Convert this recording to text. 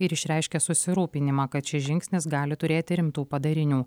ir išreiškė susirūpinimą kad šis žingsnis gali turėti rimtų padarinių